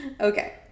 okay